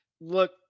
Look